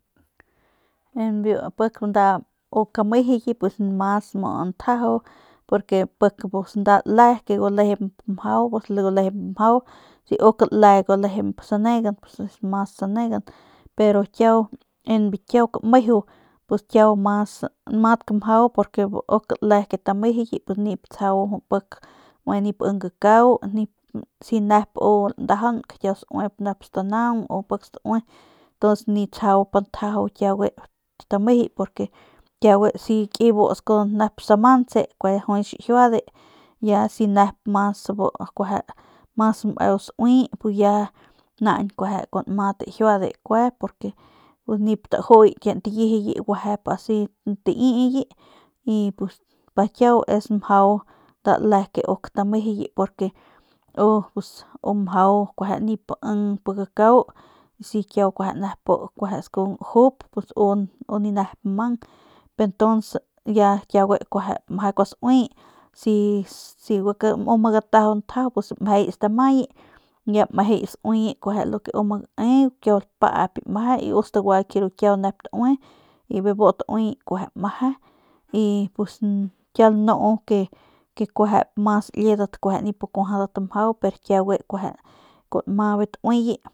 Biu en nda uk amejuye mas muu ndjajau pik pus nda le julejemp mjau julejemp mjau si uk le gulejemp sanegan u mu mas saguegan pus en biu kiau kamejeu namadtk mjau bu uk le ke tamejuye pus nip ing gakau si u nep kiau landajaunk kiau sauep nep stanaung u pik staue ntuns nip tsjau pin jajau kiugue tamejuye kiugue si skubu nep samantse kue juay xijiuade si ya nep mas kueje meu sauye pus ya naañ kuanma tajiuade kue pus nip tajuye ntabiujuye guejep asi ntaiye pus pa kiu es nda mjau nda le bu uk tamejuye porque u pus kueje nip ing pi gakau si kiau kueje bu sku gajup u ni nep mang y tuns ya kiugue meje kuasuiye si u ma gatajau njajau mejeyi stamaye ya mejeyi sauiye lu ke u ma gae u lapayp meje y u staguayk lu ke kiau nep taui y bijiy bu tauiye kueje meje y pus kiau lanu ke kuejep mas liedat nip kuajadat mjau y kiugue